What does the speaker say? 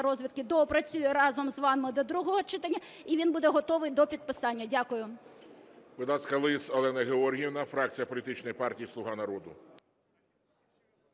розвідки доопрацює разом з вами до другого читання і він буде готовий до підписання. Дякую.